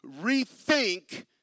rethink